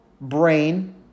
brain